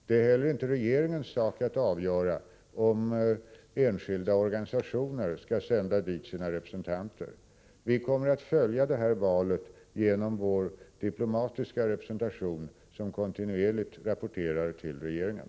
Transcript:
Det är heller inte regeringens sak att avgöra om enskilda organisationer skall sända dit sina representanter. Vi kommer att följa det här valet genom den diplomatiska representation som kontinuerligt rapporterar till regeringen.